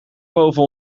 boven